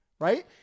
right